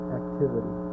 activity